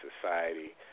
society